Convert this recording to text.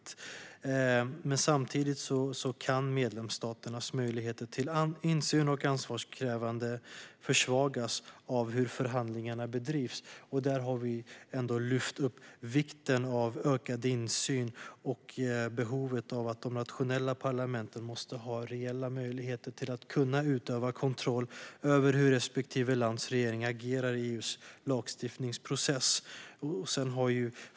Samtidigt kan medlemsstaternas möjligheter till insyn och ansvarsutkrävande försvagas av hur förhandlingarna bedrivs. Där har vi lyft upp vikten av ökad insyn och av att de nationella parlamenten måste ha reella möjligheter att utöva kontroll över hur respektive lands regering agerar i EU:s lagstiftningsprocess.